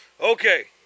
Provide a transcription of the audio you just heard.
Okay